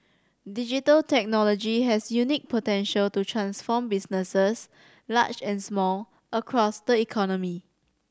digital technology has unique potential to transform businesses large and small across the economy